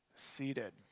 seated